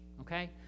okay